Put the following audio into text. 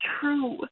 true